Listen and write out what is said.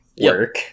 work